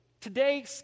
Today